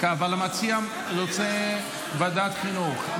אבל המציע רוצה ועדת חינוך.